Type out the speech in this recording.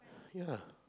ya